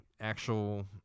actual